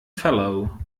follow